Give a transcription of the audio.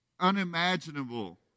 unimaginable